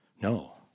No